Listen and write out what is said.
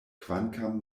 kvankam